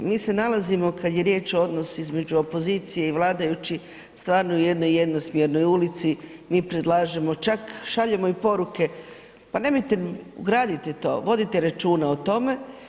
Mi se nalazimo, kad je riječ o odnos između opozicije i vladajućih, stvarno u jednoj jednosmjernoj ulici, mi predlažemo, čak i šaljemo i poruke, pa nemojte, ugradite to, vodite računa o tome.